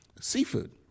seafood